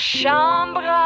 chambre